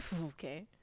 Okay